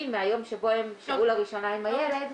מהיום שבו הם שהו לראשונה עם הילד.